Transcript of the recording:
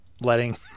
letting